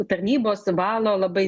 tarnybos valo labai